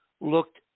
looked